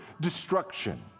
destruction